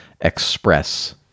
express